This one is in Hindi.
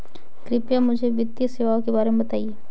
कृपया मुझे वित्तीय सेवाओं के बारे में बताएँ?